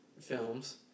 films